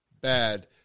bad